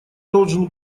должен